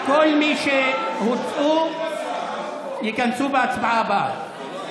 כל מי שהוצאו, ייכנסו בהצבעה הבאה.